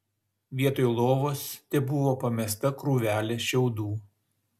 vietoj lovos tebuvo pamesta krūvelė šiaudų